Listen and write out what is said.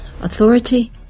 authority